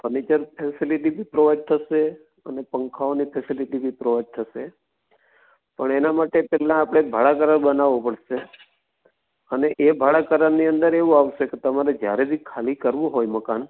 furniture facility બી provide થશે અને પંખાઓની ફેસીલીટી બી પ્રોવાઈડ થશે પણ એના માટે પહેલાં આપણે ભાડા કરાર બનાવવો પડશે અને એ ભાડા કરારની અંદર એવું આવશે કે તમારે જ્યારે ખાલી કરવું હોય મકાન